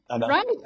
right